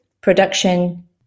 production